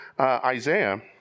Isaiah